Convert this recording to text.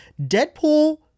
Deadpool